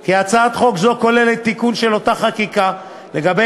כי הצעת חוק זו כוללת תיקון של אותה חקיקה לגבי